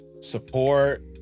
Support